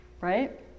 right